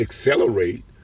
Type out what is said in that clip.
accelerate